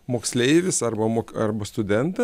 moksleivis arba mok arba studenta